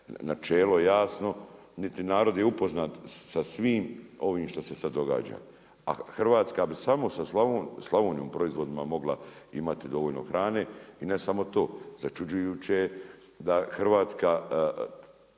načelo jasno niti je narod upoznat sa svim ovim što se sada događa. A Hrvatska bi samo sa Slavonijom proizvodima mogla imati dovoljno hrane. I ne samo to, začuđujuće je da hrvatska